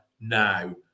now